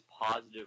positive